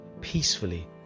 peacefully